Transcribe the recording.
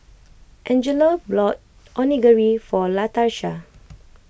Angelo brought Onigiri for Latarsha